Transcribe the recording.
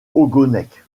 ogonek